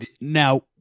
Now